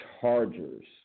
Chargers